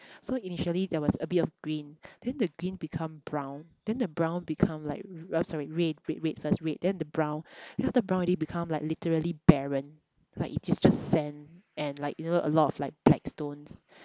so initially there was a bit of green then the green become brown then the brown become like r~ sorry red red red first red then the brown then after brown already become like literally barren like it was just sand and like you know a lot of like black stones